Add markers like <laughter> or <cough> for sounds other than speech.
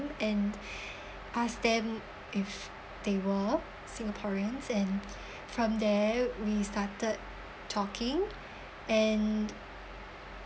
and <breath> ask them if they were singaporeans and <breath> from there we started talking and